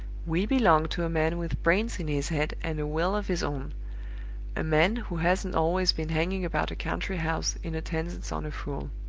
we belong to a man with brains in his head and a will of his own a man who hasn't always been hanging about a country house, in attendance on a fool